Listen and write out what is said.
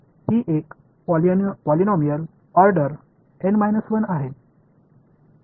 ही एक polynomial order n 1 आहे